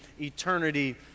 eternity